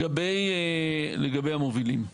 לגבי המובילים: